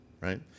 right